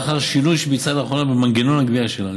לאחר שינוי שביצעה לאחרונה במנגנון הגבייה שלה.